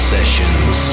Sessions